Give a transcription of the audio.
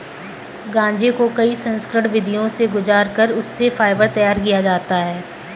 गांजे को कई संस्करण विधियों से गुजार कर उससे फाइबर तैयार किया जाता है